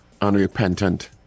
unrepentant